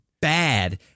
bad